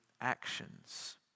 actions